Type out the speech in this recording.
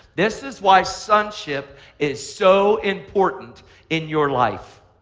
this is why sonship is so important in your life,